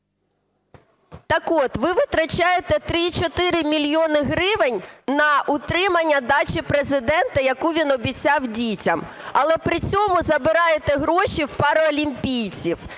Так от ви витрачаєте 3-4 мільйони гривень на утримання дачі Президента, яку він обіцяв дітям, але при цьому забираєте гроші в паралімпійців.